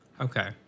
Okay